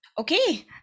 okay